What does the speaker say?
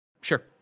Sure